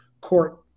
court